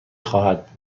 خواهد